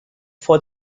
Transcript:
for